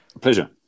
Pleasure